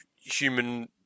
human